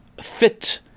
fit